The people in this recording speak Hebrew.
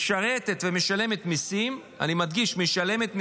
משרתת ומשלמת מיסים, אני מדגיש: משלמת מיסים,